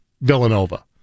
villanova